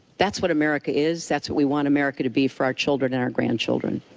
that's what america is. that's what we want america to be for our children and our grandchildren.